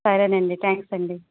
సరేనండి థ్యాంక్స్ అండి